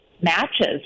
matches